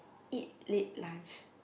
eat late lunch